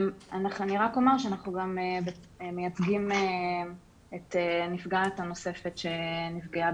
אני רק אומר שאנחנו גם מייצגים את הנפגעת הנוספת שנפגעה